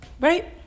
right